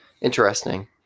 Interesting